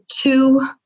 two